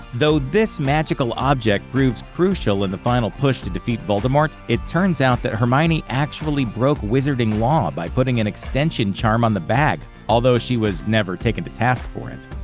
though this magical object proves crucial in the final push to defeat voldemort, it turns out that hermione actually broke wizarding law by putting an extension charm on the bag, although she was never taken to task for it.